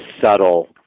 subtle